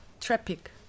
Traffic